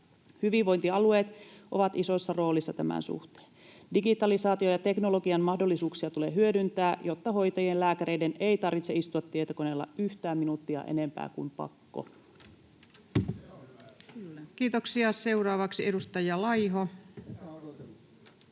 Hyvinvointialueet ovat isossa roolissa tämän suhteen. Digitalisaation ja teknologian mahdollisuuksia tulee hyödyntää, jotta hoitajien ja lääkäreiden ei tarvitse istua tietokoneella yhtään minuuttia enempää kuin on pakko. [Speech 347] Speaker: Ensimmäinen